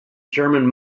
german